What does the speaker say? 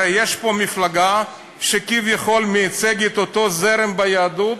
הרי יש פה מפלגה שכביכול מייצגת את אותו זרם ביהדות,